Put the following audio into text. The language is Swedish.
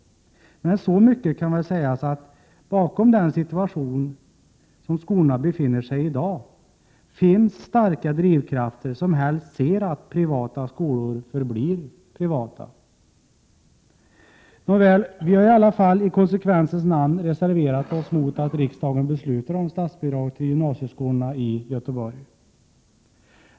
1987/88:123 kan väl sägas, att den bakomliggande orsaken till den situation som skolornai 19 maj 1988 dag befinner sig i skulle kunna vara att det finns starka krafter som helst ser att privata skolor förblir privata. Nåväl, vi har i alla fall i konsekvensens namn reserverat oss emot att riksdagen beslutar om statsbidrag till gymnasieskolorna i Göteborg.